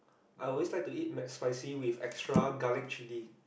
I always like to eat McSpicy with extra garlic chilli